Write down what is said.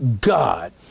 God